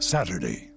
Saturday